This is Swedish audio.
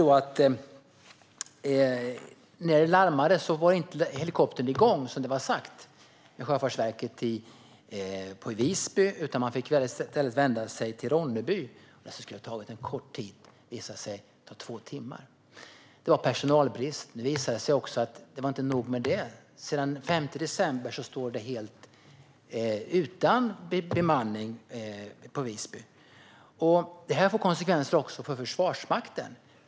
Men när man larmade var helikoptern inte igång som det var sagt hos Sjöfartsverket i Visby. I stället fick man vända sig till Ronneby. Det som skulle ha tagit kort tid tog två timmar. Det var personalbrist. Det visade sig också att det inte var nog med det: Sedan den 5 december står man helt utan bemanning i Visby. Detta får konsekvenser också för Försvarsmakten.